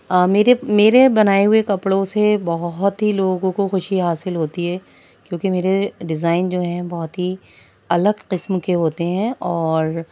میرے میرے بنائے ہوئے کپڑوں سے بہت ہی لوگوں کو خوشی حاصل ہوتی ہے کیونکہ میرے ڈیزائن جو ہیں بہت ہی الگ قسم کے ہوتے ہیں اور